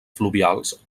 fluvials